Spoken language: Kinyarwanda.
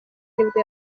nibwo